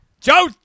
Joe